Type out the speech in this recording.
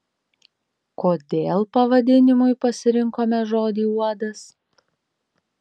kodėl pavadinimui pasirinkome žodį uodas